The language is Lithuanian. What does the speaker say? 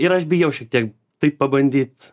ir aš bijau šiek tiek tai pabandyt